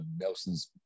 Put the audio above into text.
Nelson's